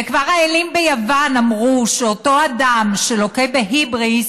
וכבר האלים ביוון אמרו שאותו אדם שלוקה בהיבריס,